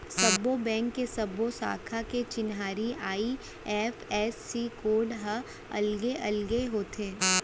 सब्बो बेंक के सब्बो साखा के चिन्हारी आई.एफ.एस.सी कोड ह अलगे अलगे होथे